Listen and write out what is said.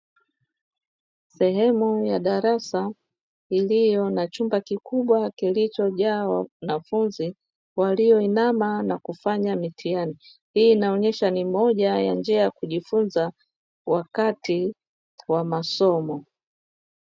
Sehemu ya darasa iliyo na chumba kikubwa kilichojaa wanafunzi walioinama na kufanya mitihani. Hii inaonyesha ni moja ya njia ya kujifunza wakati wa masomo.